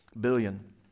billion